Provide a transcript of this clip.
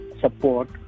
support